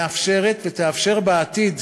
מאפשרת ותאפשר בעתיד